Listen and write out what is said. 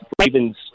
Ravens